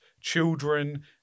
children